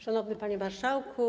Szanowny Panie Marszałku!